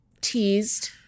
teased